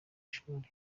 ishuri